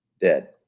dead